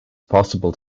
possible